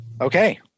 Okay